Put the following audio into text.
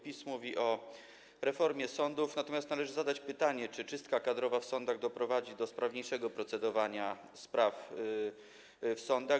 PiS mówi o reformie sądów, natomiast należy zadać pytanie, czy czystka kadrowa w sądach doprowadzi do sprawniejszego procedowania spraw w sądach.